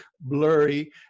blurry